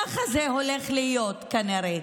ככה זה הולך להיות, כנראה.